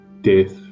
death